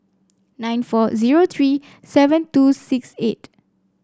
nine four zero three seven two six eight